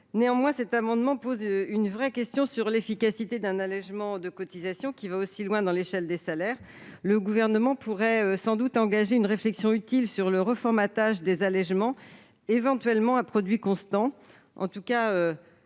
estimations. Cet amendement pose néanmoins une vraie question sur l'efficacité d'un allégement de cotisations allant aussi loin dans l'échelle des salaires. Le Gouvernement pourrait sans doute engager une réflexion utile sur le reformatage des allégements, éventuellement à produit constant.